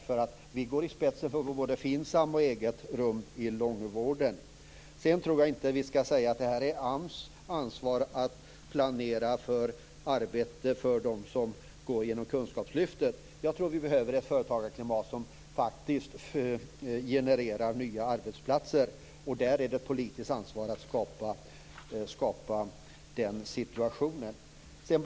Folkpartiet går ju i spetsen för både Jag tror inte att vi skall säga att det är AMS ansvar att planera för arbete för dem som går igenom kunskapslyftet. Jag tror att vi behöver ett företagarklimat som faktiskt genererar nya arbetsplatser. Det är ett politiskt ansvar att skapa en sådan situation.